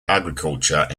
agriculture